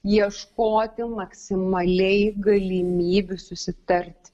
ieškoti maksimaliai galimybių susitarti